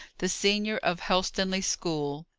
the senior of helstonleigh school!